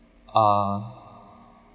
uh